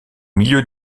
milieu